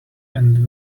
and